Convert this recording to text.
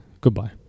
goodbye